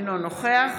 אינו נוכח